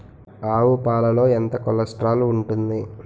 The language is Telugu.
ఆవు పాలలో ఎంత కొలెస్ట్రాల్ ఉంటుంది?